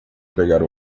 pegar